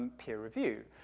peer review,